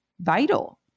vital